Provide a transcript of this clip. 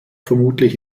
vermutlich